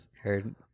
Heard